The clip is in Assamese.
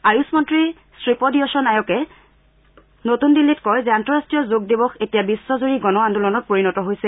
আয়ুষ মন্নী শ্ৰীপদয়ছ' নায়কে নতুন দিল্লীত কয় যে আন্তঃৰাষ্টীয় যোগ দিৱস এতিয়া বিখ্ছজুৰি গণ আন্দোলনত পৰিণত হৈছে